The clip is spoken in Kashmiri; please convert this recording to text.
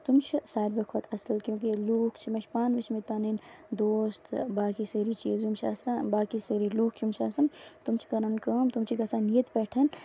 تٔمۍ چھِ ساروی کھۄتہٕ اَصٕل کیوں کہِ ییٚلہِ لوٗکھ چھِ مےٚ چھِ پانہٕ وُچھمٕتۍ پَنٕنۍ دوس تہٕ باقٕے سٲری چیٖز یِم چھِ آسان باقٕے سٲری لوٗکھ یِم چھِ آسان تٔمۍ چھِ کران کٲم تِم چھِ گژھان ییٚتہِ پٮ۪ٹھ